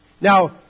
Now